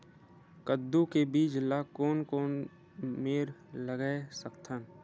कददू के बीज ला कोन कोन मेर लगय सकथन?